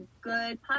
good